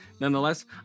Nonetheless